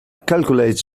calculates